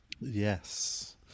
yes